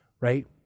right